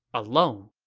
alone